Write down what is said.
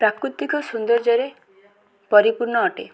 ପ୍ରାକୃତିକ ସୋନ୍ଦର୍ଯ୍ୟରେ ପରିପୂର୍ଣ୍ଣ ଅଟେ